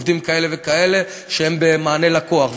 עובדים כאלה וכאלה שהם במענה לקוח,